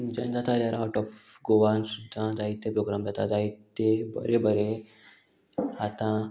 तुमच्यान जाता जाल्यार आवट ऑफ गोवान सुद्दां जायते प्रोग्राम जाता जायते बरे बरे आतां